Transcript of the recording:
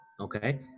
Okay